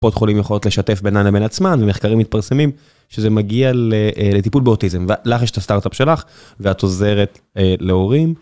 קופות חולים יכולות לשתף בינן לבין עצמן, ומחקרים מתפרסמים שזה מגיע לטיפול באוטיזם. ולך יש את הסטארט-אפ שלך, ואת עוזרת להורים.